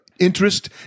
interest